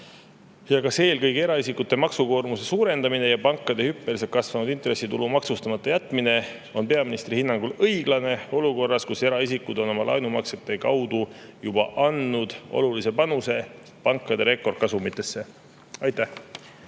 Ja kas eelkõige eraisikute maksukoormuse suurendamine ja pankade hüppeliselt kasvanud intressitulu maksustamata jätmine on peaministri hinnangul õiglane olukorras, kus eraisikud on oma laenumaksete kaudu juba andnud olulise panuse pankade rekordkasumitesse? Aitäh!